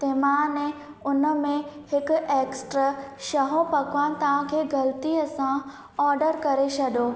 ते मां ने उन में हिकु एक्स्ट्रा शहो पकवान तव्हांखे ग़लतीअ सां ऑडर करे छॾियो